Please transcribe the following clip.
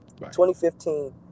2015